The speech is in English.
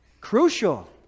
Crucial